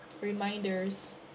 reminders